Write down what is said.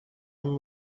him